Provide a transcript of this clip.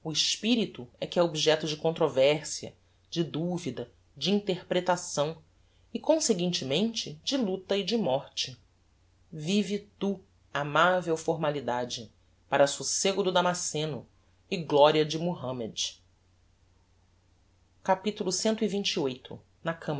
espirito é que é objecto de controversia de duvida de interpretação e conseguintemente de luta e de morte vive tu amavel formalidade para socego do damasceno e gloria de muhammed capitulo cxxviii na